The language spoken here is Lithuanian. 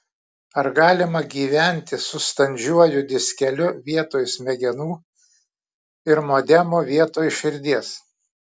ar galima gyventi su standžiuoju diskeliu vietoj smegenų ir modemu vietoj širdies